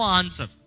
answer